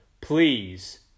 please